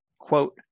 quote